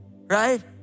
right